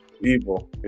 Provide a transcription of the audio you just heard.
Evil